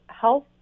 health